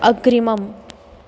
अग्रिमम्